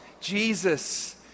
Jesus